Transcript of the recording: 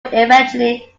eventually